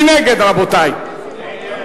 מי נגד,